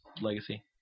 Legacy